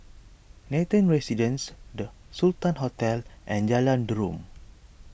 Nathan Residences the Sultan Hotel and Jalan Derum